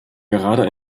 gerade